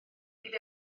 bydd